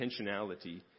intentionality